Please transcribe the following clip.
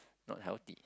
not healthy